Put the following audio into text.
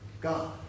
God